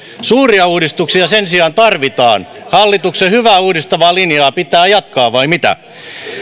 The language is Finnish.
suuria uudistuksia sen sijaan tarvitaan hallituksen hyvää uudistavaa linjaa pitää jatkaa vai mitä